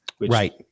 Right